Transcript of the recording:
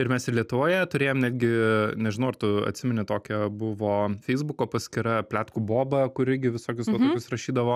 ir mes ir lietuvoje turėjom netgi nežinau ar tu atsimeni tokią buvo feisbuko paskyra pletkų boba kuri gi visokius rašydavo